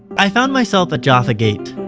i found myself at jaffa gate,